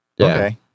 Okay